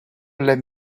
let